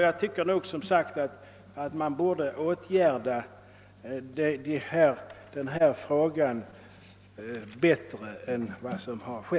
Jag tycker som sagt att man bättre än vad som skett borde sätta in åtgärder på detta område.